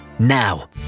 now